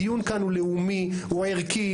הדיון כאן הוא לאומי, הוא ערכי.